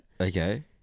Okay